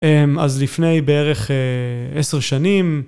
אהמ.. אז לפני בערך אה.. עשר שנים